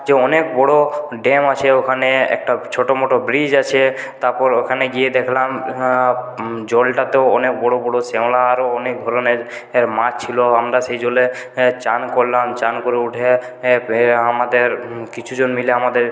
যে অনেক বড় ড্যাম আছে ওখানে একটা ছোট মোটো ব্রিজ আছে তারপর ওখানে গিয়ে দেখলাম জলটাতেও অনেক বড় বড় শ্যাওলা আরও অনেক ধরনের মাছ ছিল আমরা সেই জলে স্নান করলাম স্নান করে উঠে আমাদের কিছুজন মিলে আমাদের